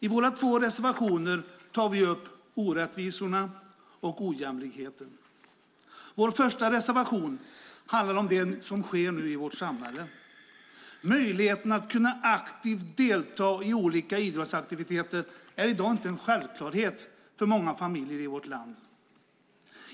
I våra två reservationer tar vi upp orättvisorna och ojämlikheten. Vår första reservation handlar om det som nu sker i vårt samhälle. Möjligheten att kunna aktivt delta i olika idrottsaktiviteter är i dag inte en självklarhet för många familjer i vårt land.